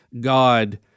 God